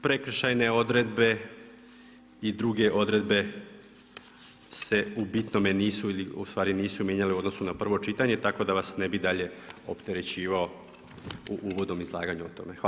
Prekršajne odredbe i druge odredbe se u bitnome nisu ili ustvari nisu mijenjale u odnosu na prvo čitanje, tako da vas ne bi dalje opterećivao u uvodnom izlaganju o tome.